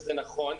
וזה נכון,